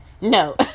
No